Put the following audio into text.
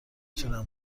تونم